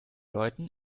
läuten